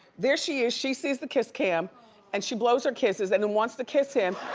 there she is, she sees the kiss cam and she blows her kisses. and then wants to kiss him.